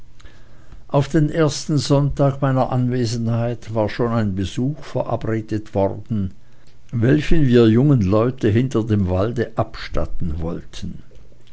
auf den ersten sonntag meiner anwesenheit war schon ein besuch verabredet worden welchen wir jungen leute hinter dem walde abstatten wollten